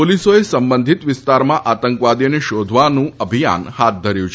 પોલીસોએ સંબંધીત વિસ્તારમાં આતંકવાદીઓને શોધવાનું અભિયાન હાથ ધર્યું છે